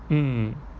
mm